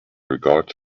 regard